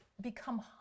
become